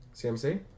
CMC